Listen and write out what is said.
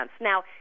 Now